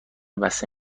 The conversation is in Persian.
بسته